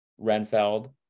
Renfeld